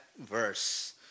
verse